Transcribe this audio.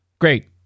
great